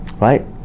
right